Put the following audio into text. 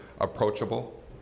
approachable